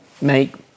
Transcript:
make